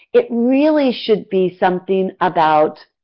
it really should be something about